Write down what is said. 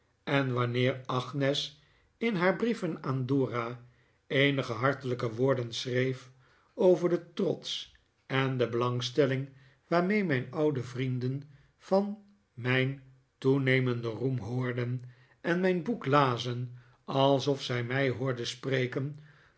en wanneer agnes in haar brieven aan dora eenige hartelijke woorden schreef over den trots en de belangstelling waarmee mijn oude vrienden van mijn toenemenden roem hoorden en mijn boek lazen alsof zij mij hoorden spreken